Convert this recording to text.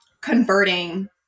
converting